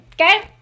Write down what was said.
Okay